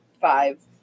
five